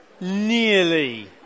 Nearly